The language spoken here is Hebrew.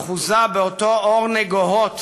אחוזה באותו אור נגוהות